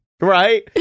right